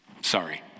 sorry